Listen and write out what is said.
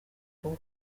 akabo